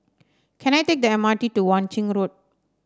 can I take the M R T to Wang Ching Road